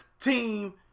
team